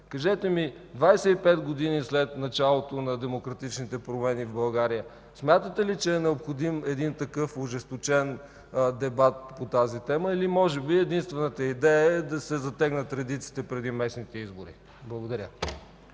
Кажете ми, 25 години след началото на демократичните промени в България, смятате ли, че е необходим такъв ожесточен дебат по тази тема или може би единствената идея е да се затегнат редиците преди местните избори? Благодаря.